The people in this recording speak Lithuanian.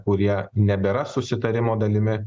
kurie nebėra susitarimo dalimi